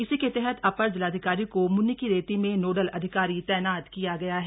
इसी के तहत अपर जिलाधिकारी को मुनिकीरेती मे नोडल अधिकारी तैनात किया गया है